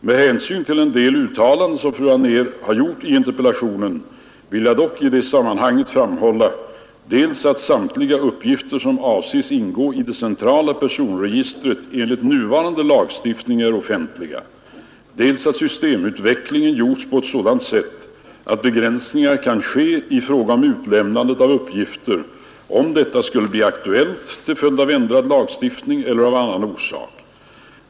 Med hänsyn till en del uttalanden som fru Anér gjort i interpellationen vill jag dock i detta sammanhang framhalla dels att samtliga uppgifter som avses inga i det centrala personregistret enligt nuvarande lagstiftning är offentliga, dels att systemutvecklingen gjorts på ett sådan sätt att begränsningar kan ske i fraga om utlämnandet av uppgifter, om detta skulle bli aktuellt till följd av ändrad lagstiftning eller av annan orsak.